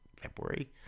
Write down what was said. February